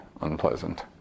unpleasant